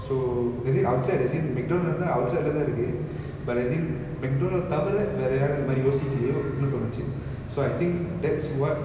so is it outside resin mcdonald's தான்:than outside lah தான் இருக்கு:than irukku but I think mcdonald தவிர வேற யாரும் அந்த மாறி யோசிக்கலையோனு தோணுச்சி:thavira vera yarum antha mari yosikkalayonu thonuchi so I think that's what